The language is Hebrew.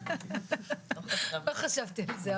לא חשבתי את זה,